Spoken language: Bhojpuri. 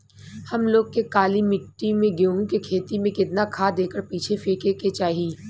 हम लोग के काली मिट्टी में गेहूँ के खेती में कितना खाद एकड़ पीछे फेके के चाही?